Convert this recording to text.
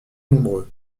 nombreux